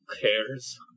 cares